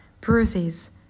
Bruises